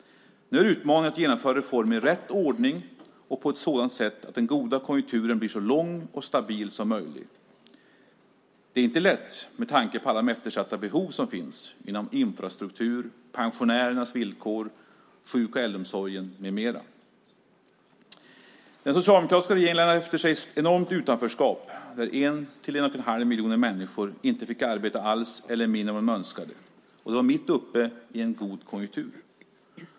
Nu är utmaningen att genomföra reformer i rätt ordning och på ett sådant sätt att den goda konjunkturen blir så lång och stabil som möjligt. Det är inte lätt med tanke på alla de eftersatta behov som finns i fråga om infrastruktur, pensionärernas villkor, sjuk och äldreomsorgen med mera. Den socialdemokratiska regeringen lämnade efter sig ett enormt utanförskap där en till en och en halv miljon människor inte fick arbeta alls eller mindre än vad de önskade. Och det var mitt uppe i en god konjunktur.